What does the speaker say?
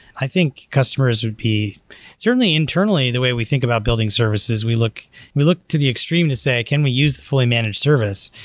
i think customers would be certainly, internally, the way we think about building services, we look we look to the extreme to say, can we use a fully managed service?